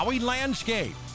Landscape